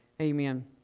Amen